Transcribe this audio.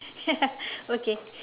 okay